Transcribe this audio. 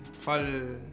Fall